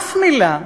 אף מילה,